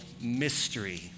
mystery